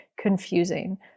confusing